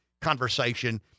conversation